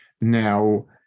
Now